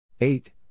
Eight